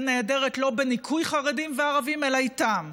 נהדרת לא בניכוי חרדים וערבים אלא איתם,